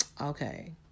okay